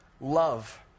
Love